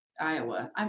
Iowa